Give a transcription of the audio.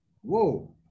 whoa